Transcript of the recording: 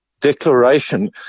declaration